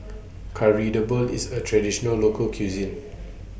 Kari Debal IS A Traditional Local Cuisine